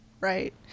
Right